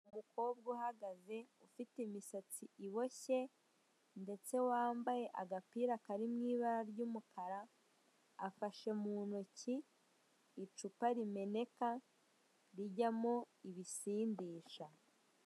Umukobwa uhagazi ufite imisatsi iboshye ndetse wambaye agapira kari mu ibara ry'umukara afashe mu ntoki icupa rimeneka rijyamo ibisindisha.